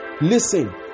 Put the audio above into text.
Listen